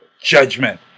Judgment